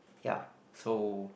ya so